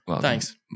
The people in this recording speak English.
Thanks